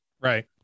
right